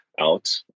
out